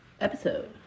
episode